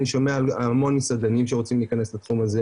שומע על המון מסעדנים שרוצים להיכנס לתחום הזה.